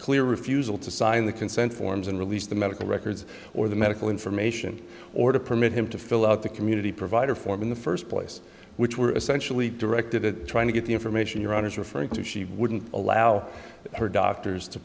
clear refusal to sign the consent forms and release the medical records or the medical information or to permit him to fill out the community provider form in the first place which were essentially directed at trying to get the information your honour's referring to she wouldn't allow her doctors to